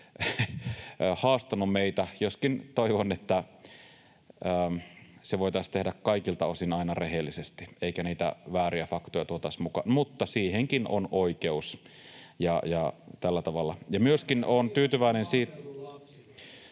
haastaneet meitä — joskin toivon, että se voitaisiin tehdä kaikilta osin aina rehellisesti eikä niitä vääriä faktoja tuotaisi mukaan, mutta siihenkin on oikeus ja tällä tavalla.